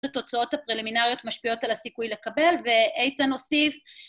התוצאות הפרלמינריות משפיעות על הסיכוי לקבל, ואיתן הוסיף